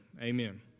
Amen